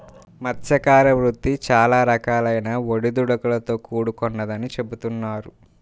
మత్స్యకార వృత్తి చాలా రకాలైన ఒడిదుడుకులతో కూడుకొన్నదని చెబుతున్నారు